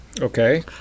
okay